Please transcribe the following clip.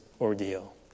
ordeal